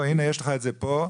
יש לך את זה פה,